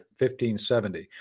1570